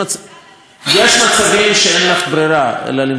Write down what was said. יש מצבים שאין לך ברירה אלא למתוח צנרת,